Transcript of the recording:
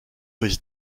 was